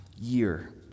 year